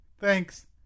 Thanks